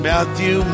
Matthew